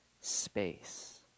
space